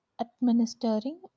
administering